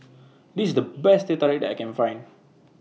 This IS The Best Teh Tarik that I Can Find